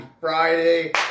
Friday